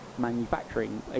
manufacturing